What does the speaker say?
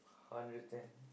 hundred ten